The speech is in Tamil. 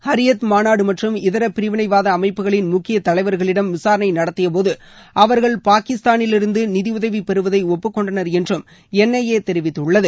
ஹுரியத் மாநாடு மற்றும் இதர பிரிவினை வாத அமைப்புகளின் முக்கிய தலைவர்களிடம் விசாரணை நடத்தியபோது அவர்கள் பாகிஸ்தானிலிருந்து நிதியுதவி பெறுவதை ஒப்புக்கொண்டனர் என்றும் என் ஐ ஏ தெரிவித்துள்ளது